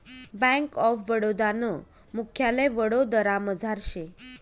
bank of Baroda नं मुख्यालय वडोदरामझार शे